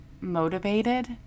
motivated